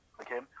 Okay